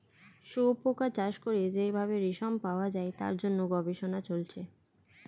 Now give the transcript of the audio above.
শুয়োপোকা চাষ করে যেই ভাবে রেশম পাওয়া যায় তার জন্য গবেষণা চলছে